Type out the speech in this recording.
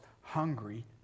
hungry